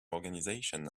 organisation